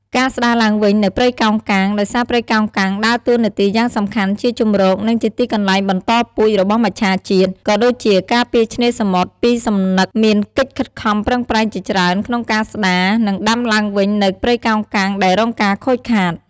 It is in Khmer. ការស្ដារឡើងវិញនូវព្រៃកោងកាង ដោយសារព្រៃកោងកាងដើរតួនាទីយ៉ាងសំខាន់ជាជម្រក និងជាទីកន្លែងបន្តពូជរបស់មច្ឆាជាតិ ក៏ដូចជាការពារឆ្នេរសមុទ្រពីសំណឹក មានកិច្ចខិតខំប្រឹងប្រែងជាច្រើនក្នុងការស្ដារ និងដាំឡើងវិញនូវព្រៃកោងកាងដែលរងការខូចខាត។